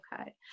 Okay